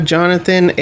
Jonathan